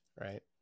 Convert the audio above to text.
Right